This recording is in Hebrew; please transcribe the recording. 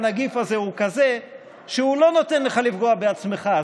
הנגיף הזה הוא כזה שהוא לא נותן לך לפגוע בעצמך.